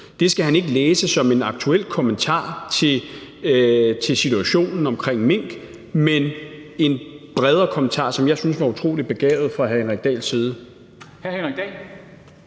Det skal han ikke læse som et aktuel kommentar til situationen omkring mink, men en bredere kommentar, som jeg synes var utrolig begavet fra hr. Henrik Dahls side.